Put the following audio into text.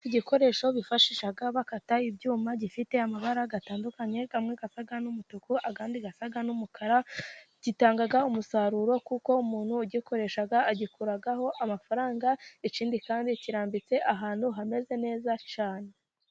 Igikoresho bifashisha bakata ibyuma gifite amabara atandukanye, amwe asa n'umutuku ,ayandi asa n'umukara, gitanga umusaruro, kuko umuntu ugikoresha agikuraho amafaranga, ikindi kandi kirambitse ahantu hameze neza cyane.